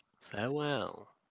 Farewell